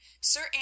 Sir